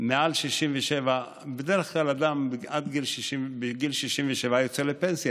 שמעל 67, בדרך כלל, אדם בגיל 67 יוצא לפנסיה.